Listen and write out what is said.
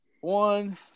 One